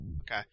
Okay